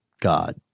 god